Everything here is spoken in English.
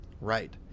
right